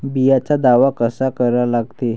बिम्याचा दावा कसा करा लागते?